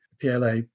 PLA